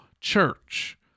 church